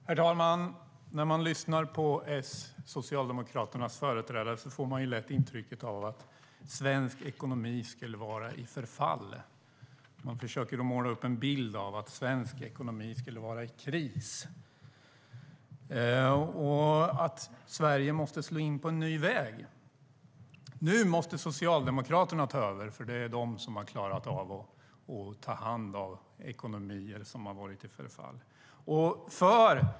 Herr talman! När man lyssnar på Socialdemokraternas företrädare får man lätt intrycket av att svensk ekonomi skulle vara i förfall. De försöker måla upp en bild av att svensk ekonomi skulle vara i kris och att Sverige måste slå in på en ny väg. Nu måste Socialdemokraterna ta över, för det är de som har klarat av att ta hand om ekonomier som har varit i förfall - så låter det.